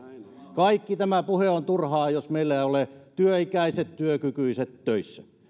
kaikki tämä puhe on turhaa jos meillä eivät ole työikäiset työkykyiset töissä